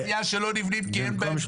מיליוני מטרים של תעשייה שלא נבנים כי אין בהם